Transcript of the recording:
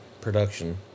production